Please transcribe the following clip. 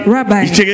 Rabbi